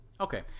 Okay